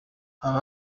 haba